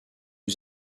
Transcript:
que